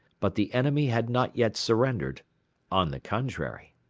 but the enemy had not yet surrendered on the contrary.